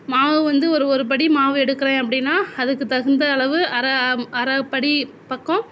மாவு வந்து ஒரு ஒரு படி மாவு எடுக்குறேன் அப்படின்னா அதுக்கு தகுந்த அளவு அரை அரைப்படி பக்கம்